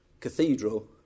cathedral